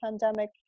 pandemic